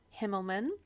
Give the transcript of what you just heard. Himmelman